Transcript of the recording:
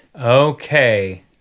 Okay